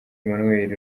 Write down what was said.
emmanuel